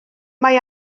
mae